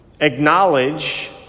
acknowledge